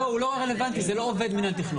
לא, הוא לא רלוונטי, זה לא עובד מינהל תכנון.